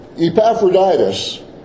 Epaphroditus